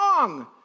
wrong